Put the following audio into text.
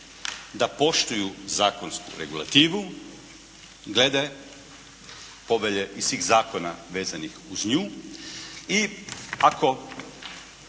da poštuju zakonsku regulativu glede povelje i svih zakona vezanih uz nju i ako